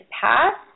past